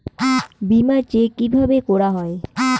বিমা চেক কিভাবে করা হয়?